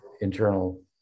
internal